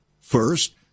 First